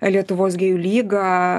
lietuvos gėjų lyga